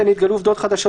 זה: "אם נתגלו עובדות חדשות,